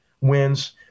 wins